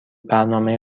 برنامه